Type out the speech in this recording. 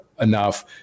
enough